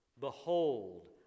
Behold